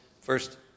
First